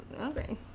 okay